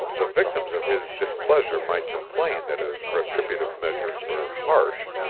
the victims of his displeasure might complain that his retributive measures were harsh,